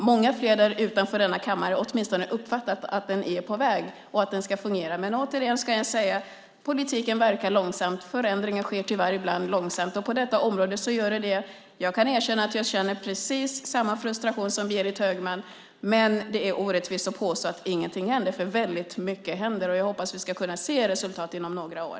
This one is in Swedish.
Många fler utanför denna kammare har åtminstone uppfattat att den politiken är på väg och att den ska fungera. Men jag ska återigen säga att politiken verkar långsamt. Förändringen sker tyvärr ibland långsamt. På detta område är det så. Jag kan erkänna att jag känner precis samma frustration som Berit Högman. Men det är orättvist att påstå att ingenting händer, för väldigt mycket händer. Jag hoppas att vi ska kunna se resultat inom några år.